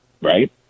Right